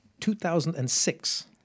2006